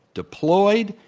deployed,